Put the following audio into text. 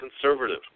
conservative